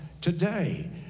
today